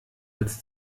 als